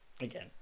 Again